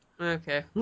Okay